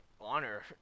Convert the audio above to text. honor